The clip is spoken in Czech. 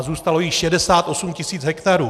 Zůstalo jí 68 tis. hektarů.